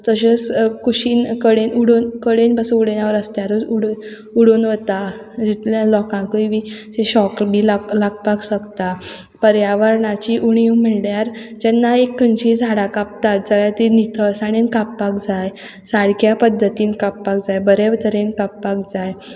तशेंच कुशीन कडेन उडोवन कडेन बासून उडयना रस्त्यारूच उडेन उडोवन वता जितल्या लोकांकूय बी शॉक बी ला लागपा शकता पर्यावरणाची उणीव म्हणल्यार जेन्ना एक खंयचीय झाडां कापतात जाल्या ती नितळसाणेन कापपाक जाय सारक्या पद्दतीन कापपाक जाय बरें तरेन कापपाक जाय